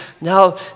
Now